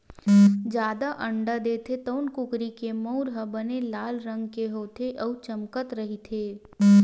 जादा अंडा देथे तउन कुकरी के मउर ह बने लाल रंग के होथे अउ चमकत रहिथे